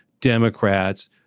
Democrats